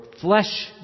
flesh